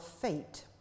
fate